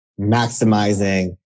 maximizing